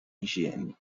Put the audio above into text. higiene